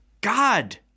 God